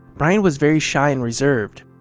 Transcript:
bryan was very shy and reserved.